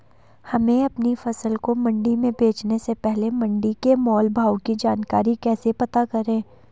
हमें अपनी फसल को मंडी में बेचने से पहले मंडी के मोल भाव की जानकारी कैसे पता करें?